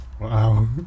Wow